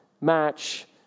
match